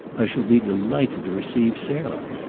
i shall be delighted to receive sarah.